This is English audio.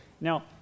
Now